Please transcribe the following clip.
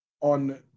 on